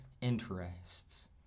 interests